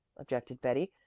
objected betty,